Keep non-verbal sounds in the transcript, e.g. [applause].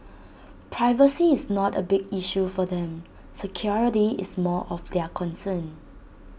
[noise] privacy is not A big issue for them security is more of their concern